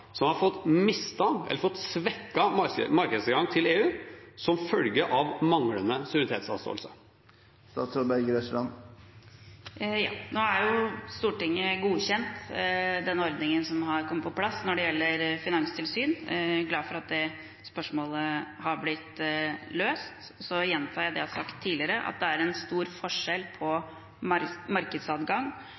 som har mistet eller fått svekket markedstilgang til EU som følge av manglende suverenitetsavståelse? Nå har jo Stortinget godkjent denne ordningen som har kommet på plass når det gjelder finanstilsyn. Jeg er glad for at det spørsmålet har blitt løst. Så gjentar jeg det jeg har sagt tidligere, at det er stor forskjell på markedsadgang